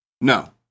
No